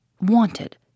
Wanted